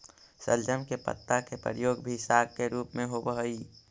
शलजम के पत्ता के प्रयोग भी साग के रूप में होव हई